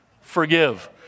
Forgive